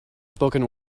spoken